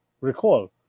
recall